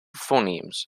phonemes